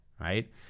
right